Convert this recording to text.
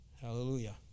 Hallelujah